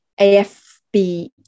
AFB